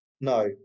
No